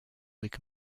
whig